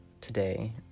today